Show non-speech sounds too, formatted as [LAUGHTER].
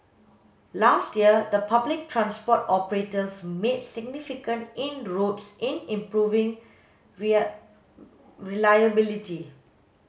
last year the public transport operators made significant inroads in improving [UNINTELLIGIBLE] reliability